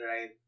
right